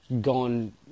gone